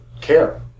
care